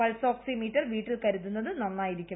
pulse oximeter വീട്ടിൽ കരുതുന്നത് നന്നായിരിക്കും